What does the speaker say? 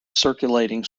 circulating